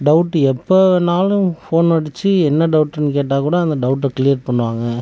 doubt எப்போ வேணாலும் phone அடிச்சு என்ன டவுட்னு கேட்டால் கூட அந்த டவுட் கிளியர் பண்ணுவாங்க